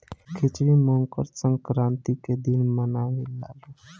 खिचड़ी मकर संक्रान्ति के दिने बनावे लालो